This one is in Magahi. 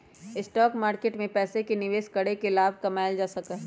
स्टॉक मार्केट में पैसे के निवेश करके लाभ कमावल जा सका हई